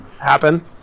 happen